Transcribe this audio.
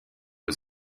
aux